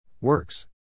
Works